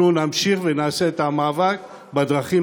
אנחנו נמשיך ונעשה את המאבק בדרכים